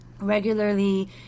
regularly